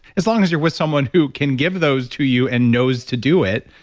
as long as you're with someone who can give those to you and knows to do it.